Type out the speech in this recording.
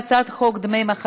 הצעת חוק לתיקון פקודת הכלבת (בידוד בעלי חיים),